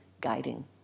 guiding